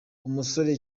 umusore